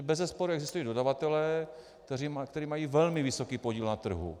Bezesporu existují dodavatelé, kteří mají velmi vysoký podíl na trhu.